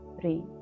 three